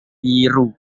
biru